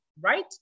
right